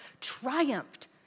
triumphed